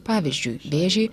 pavyzdžiui vėžį